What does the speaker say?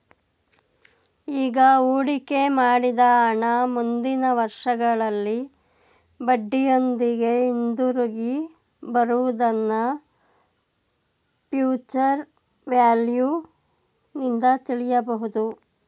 ಈಗ ಹೂಡಿಕೆ ಮಾಡಿದ ಹಣ ಮುಂದಿನ ವರ್ಷಗಳಲ್ಲಿ ಬಡ್ಡಿಯೊಂದಿಗೆ ಹಿಂದಿರುಗಿ ಬರುವುದನ್ನ ಫ್ಯೂಚರ್ ವ್ಯಾಲ್ಯೂ ನಿಂದು ತಿಳಿಯಬಹುದು